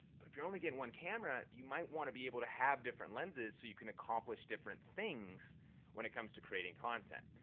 but if you're only getting one camera, you might wanna be able to have different lenses so you can accomplish different things when it comes to creating content.